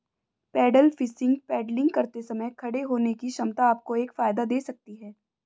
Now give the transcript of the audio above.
pedal fishing paddling करते समय खड़े होने की क्षमता आपको एक फायदा दे सकती है